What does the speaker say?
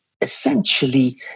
essentially